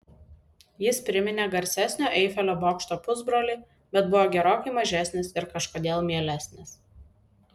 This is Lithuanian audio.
jis priminė garsesnio eifelio bokšto pusbrolį bet buvo gerokai mažesnis ir kažkodėl mielesnis